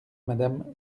madame